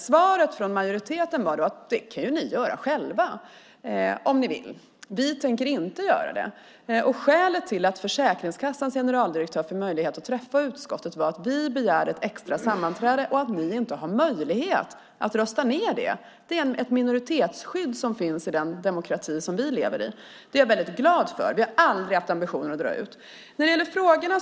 Svaret från majoriteten var då: Det kan ni göra själva om ni vill. Vi tänker inte göra det. Skälet till att Försäkringskassans generaldirektör fick möjlighet att träffa utskottet var att vi begärde ett extra sammanträde och att ni inte hade möjlighet att rösta ned det. Det är ett minoritetsskydd som finns i den demokrati som vi lever i. Det är jag väldigt glad för. Och vi har aldrig haft ambitionen att låta det dra ut på tiden.